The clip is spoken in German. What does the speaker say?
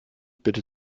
bitte